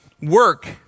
work